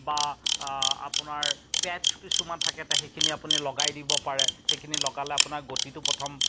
বা আপোনাৰ পেটচ কিছুমান থাকে সেইখিনি লগাই দিব পাৰে সেইখিনি লগালে আপোনাৰ গতিটো প্ৰথম